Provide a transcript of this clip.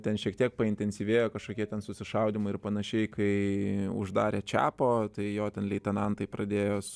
ten šiek tiek paintensyvėjo kažkokie ten susišaudymai ir panašiai kai uždarė čepo tai jo ten leitenantai pradėjo su